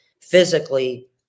physically